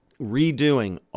redoing